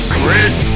Chris